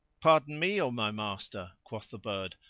pardon me, o my master, quoth the bird,